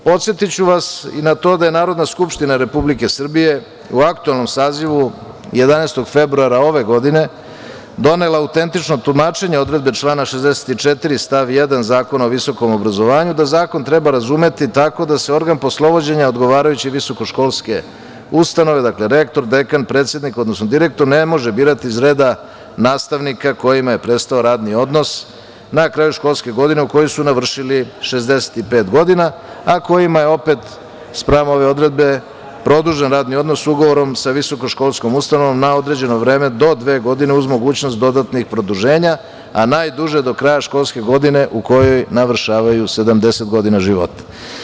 Podsetiću vas i na to da je Narodna skupština Republike Srbije u aktuelnom sazivu 11. februara ove godine donela Autentično tumačenje odredbe člana 64. stav 1. Zakona o visokom obrazovanju, da zakon treba razumeti tako da se organ poslovođenja odgovarajuće visokoškolske ustanove, dakle rektor, dekan, predsednik, odnosno direktor ne može birati iz reda nastavnika kojima je prestao radni odnos na kraju školske godine u kojoj su navršili 65 godina, a kojima je opet spram ove odredbe produžen radni odnos ugovorom sa visokoškolskom ustanovom na određeno vreme do dve godine uz mogućnost dodatnih produženja, a najduže do kraja školske godine u kojoj navršavaju 70 godina života.